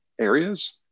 areas